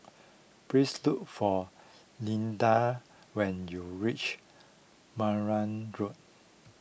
please look for Leandra when you reach Marang Road